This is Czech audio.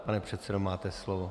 Pane předsedo, máte slovo.